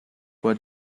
what